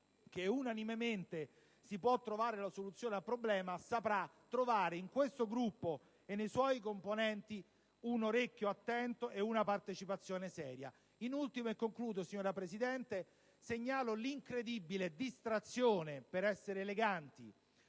che unanimemente si può trovare la soluzione al problema, troverà in questo Gruppo e nei suoi componenti un orecchio attento e una partecipazione seria. In ultimo, signora Presidente, segnalo l'incredibile distrazione - per essere eleganti